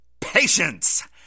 patience